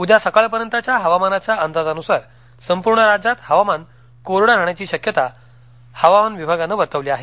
उद्या सकाळपर्यंतच्या हवामानाच्या अंदाजानसार संपर्ण राज्यात हवामान कोरडं राहण्याची शक्यता हवामान विभागानं वर्तवली आहे